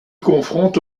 confronte